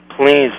please